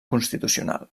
constitucional